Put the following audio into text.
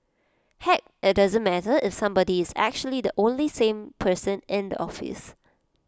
heck IT doesn't matter if that somebody is actually the only sane person in the office